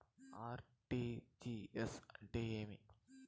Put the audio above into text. RTGS అంటే ఏమి